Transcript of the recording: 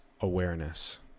awareness